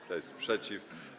Kto jest przeciw?